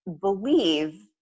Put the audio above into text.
believe